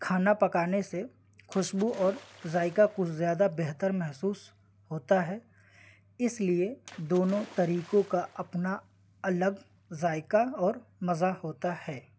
کھانا پکانے سے خوشبو اور ذائقہ کچھ زیادہ بہتر محسوس ہوتا ہے اس لیے دونوں طریقوں کا اپنا الگ ذائقہ اور مزہ ہوتا ہے